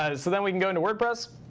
and so then we can go into wordpress,